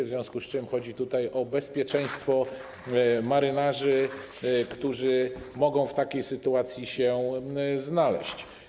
W związku z tym chodzi tutaj o bezpieczeństwo marynarzy, którzy mogą w takiej sytuacji się znaleźć.